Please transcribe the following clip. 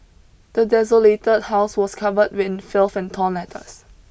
the desolated house was covered in filth and torn letters